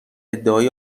ادعای